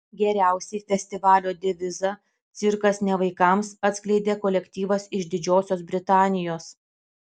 geriausiai festivalio devizą cirkas ne vaikams atskleidė kolektyvas iš didžiosios britanijos